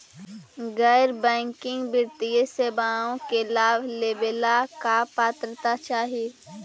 गैर बैंकिंग वित्तीय सेवाओं के लाभ लेवेला का पात्रता चाही?